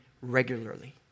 regularly